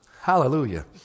Hallelujah